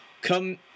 come